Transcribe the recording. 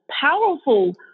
powerful